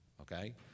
okay